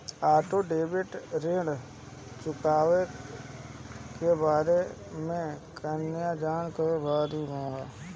Auto debit ऋण चुकौती के बारे में कया जानत बानी?